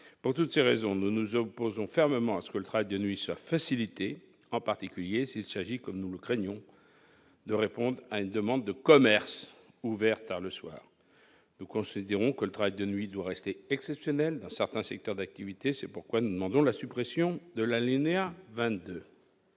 Pour toutes ces raisons, nous nous opposons fermement à ce que le travail de nuit soit facilité, en particulier s'il s'agit, comme nous le craignons, de répondre à une demande de commerces ouverts tard le soir. Nous estimons que le travail de nuit doit rester exceptionnel et limité à certains secteurs d'activité. C'est pourquoi nous demandons la suppression de l'alinéa 22.